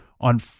on